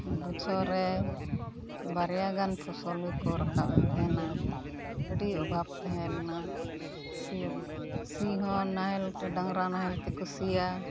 ᱵᱚᱪᱷᱚᱨ ᱨᱮ ᱵᱟᱨᱭᱟᱜᱟᱱ ᱯᱷᱚᱥᱚᱞᱜᱮ ᱠᱚ ᱨᱟᱠᱟᱵᱮᱫ ᱛᱟᱦᱮᱱᱟ ᱟᱹᱰᱤ ᱚᱵᱷᱟᱵᱽ ᱛᱮᱦᱮᱸᱞᱮᱱᱟ ᱥᱤᱭᱟᱹᱜ ᱥᱤ ᱦᱚᱸ ᱱᱟᱦᱮᱞᱛᱮ ᱰᱟᱝᱨᱟ ᱱᱟᱦᱮᱞᱛᱮ ᱠᱚ ᱥᱤᱭᱟ